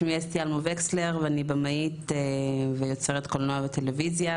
שמי אסתי אלמו וקסלר ואני במאית ויוצרת קולנוע וטלויזיה,